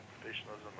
professionalism